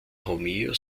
romeo